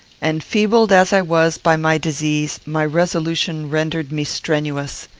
enfeebled as i was by my disease, my resolution rendered me strenuous.